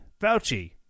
Fauci